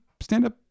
stand-up